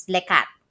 Lekat